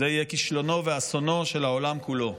זה יהיה כישלונו ויהיה אסונו של העולם כולו.